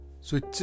switch